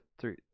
three